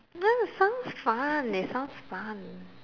mm sounds fun it sounds fun